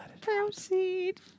proceed